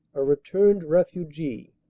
a returned refugee,